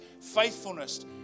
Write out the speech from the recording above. faithfulness